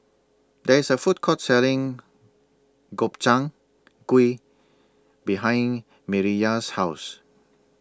There IS A Food Court Selling Gobchang Gui behind Mireya's House